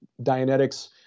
Dianetics